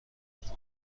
کرد